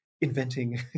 Inventing